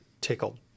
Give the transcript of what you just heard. tickled